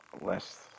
less